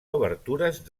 obertures